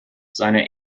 seine